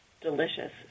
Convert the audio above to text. delicious